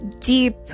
deep